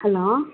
hello